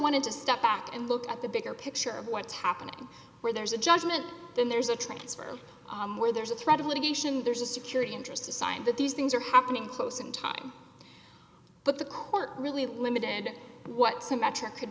wanted to step back and look at the bigger picture of what's happening where there's a judgment then there's a transfer where there's a threat of litigation there's a security interest assigned that these things are happening close in time but the court really limited what symmetric could